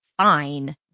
fine